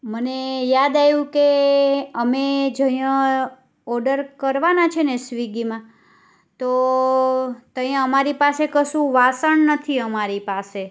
મને યાદ આયવુ કે અમે જઈ ઓડર કરવાના છે ને સ્વીગીમાં તો તય અમારી પાસે કસુ વાસણ નથી અમારી પાસે